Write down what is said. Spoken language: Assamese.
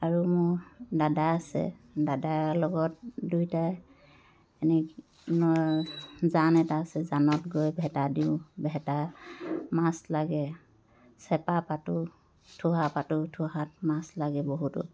আৰু মোৰ দাদা আছে দাদাৰ লগত দুয়োটাই এনে জান এটা আছে জানত গৈ ভেটা দিওঁ ভেটা মাছ লাগে চেপা পাতোঁ থোহা পাতোঁ থোহাত মাছ লাগে বহুতো